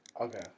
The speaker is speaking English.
Okay